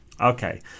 okay